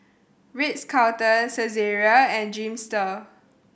Ritz Carlton Saizeriya and Dreamster